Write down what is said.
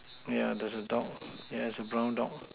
yeah there's a dog there's a brown dog